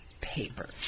paper